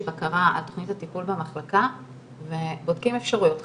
בקרה על תכנית הטיפול במחלקה ובודקים אפשרויות חלופיות,